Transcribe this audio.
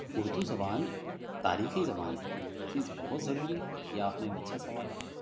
اردو زبان تاریخی زبان ہے چیز بہت ضروری ہے یہ آپ نے اب اچھا سوال کیا